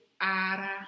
ara